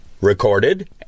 recorded